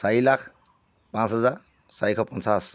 চাৰি লাখ পাঁচ হাজাৰ চাৰিশ পঞ্চাছ